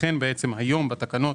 לכן היום בתקנות